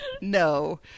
no